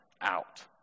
out